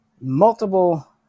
multiple